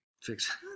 fix